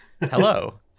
Hello